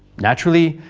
naturally,